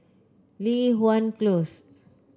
Li Hwan Close